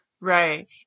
Right